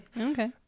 Okay